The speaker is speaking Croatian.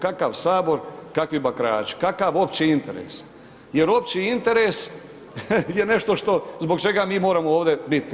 Kakav Sabor, kakvi bakrači, kakav opći interes jer opći interes je nešto što zbog čega mi moramo ovdje biti.